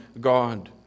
God